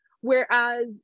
whereas